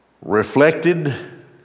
Reflected